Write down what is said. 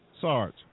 Sarge